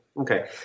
Okay